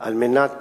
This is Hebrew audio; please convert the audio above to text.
על מנת